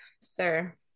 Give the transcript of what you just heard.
sir